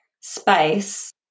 space